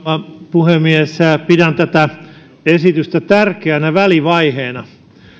puhemies pidän tätä esitystä tärkeänä välivaiheena